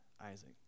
Isaac